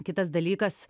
kitas dalykas